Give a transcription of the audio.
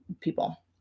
people